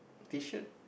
t-shirt